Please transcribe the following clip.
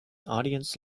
audience